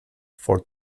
for